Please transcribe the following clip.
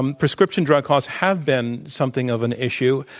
um prescription drug costs have been something of an issue.